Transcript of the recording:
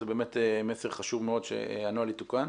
זה באמת מסר חשוב מאוד שהנוהל יתוקן.